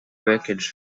wreckage